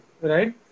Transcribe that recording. right